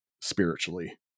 spiritually